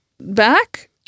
back